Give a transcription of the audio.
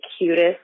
cutest